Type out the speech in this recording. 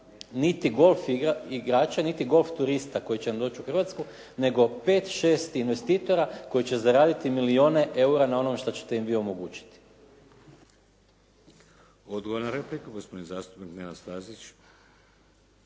niti golf igrača niti golf turista koji će nam doći u Hrvatsku, nego pet, šest investitora koji će zaraditi milijune eura na onom što ćete im vi omogućiti. **Šeks, Vladimir (HDZ)** Odgovor na repliku, gospodin zastupnik Nenad Stazić.